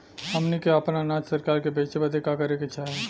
हमनी के आपन अनाज सरकार के बेचे बदे का करे के चाही?